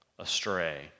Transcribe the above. astray